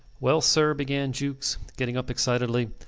well, sir, began jukes, getting up excitedly,